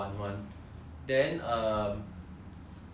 after that 他现在 competitive scene [what]